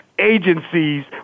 Agencies